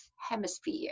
hemisphere